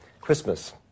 Christmas